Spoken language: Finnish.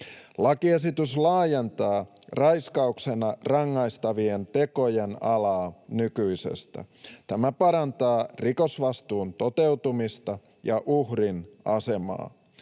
Lakiesitys laajentaa raiskauksena rangaistavien tekojen alaa nykyisestä — tämä parantaa rikosvastuun toteutumista ja uhrin asemaa.